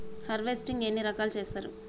Harvesting ఎన్ని రకాలుగా చేస్తరు?